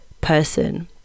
person